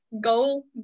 Goal